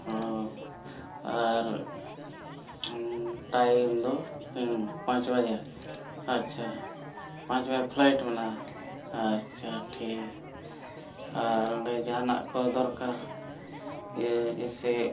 ᱚ ᱟᱨ ᱴᱟᱭᱤᱢ ᱫᱚ ᱯᱟᱸᱪ ᱵᱟᱡᱮ ᱟᱪᱪᱷᱟ ᱯᱟᱸᱪ ᱵᱟᱡᱮ ᱯᱷᱞᱟᱭᱤᱴ ᱢᱮᱱᱟᱜᱼᱟ ᱟᱪᱪᱷᱟ ᱴᱷᱤᱠ ᱟᱨ ᱚᱸᱰᱮ ᱡᱟᱦᱟᱱᱟᱜ ᱠᱚ ᱫᱚᱨᱠᱟᱨ ᱤᱭᱟᱹ ᱡᱮᱭᱥᱮ